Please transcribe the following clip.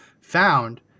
found